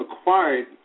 acquired